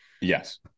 yes